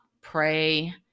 pray